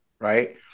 right